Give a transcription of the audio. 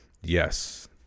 Yes